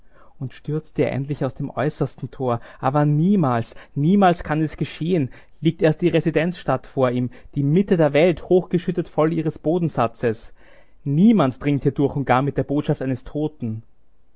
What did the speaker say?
und stürzte er endlich aus dem äußersten tor aber niemals niemals kann es geschehen liegt erst die residenzstadt vor ihm die mitte der welt hochgeschüttet voll ihres bodensatzes niemand dringt hier durch und gar mit der botschaft eines toten